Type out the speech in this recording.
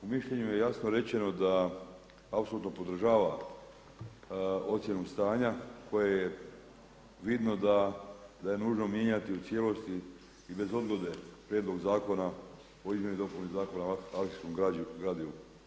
U mišljenju je jasno rečeno da apsolutno podržava ocjenu stanja koje je vidno da je nužno mijenjati u cijelosti i bez odgode Prijedlog zakona o izmjeni i dopuni Zakona o arhivskom gradivu.